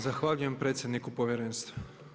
Zahvaljujem predsjedniku Povjerenstva.